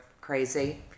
crazy